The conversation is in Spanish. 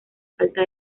falta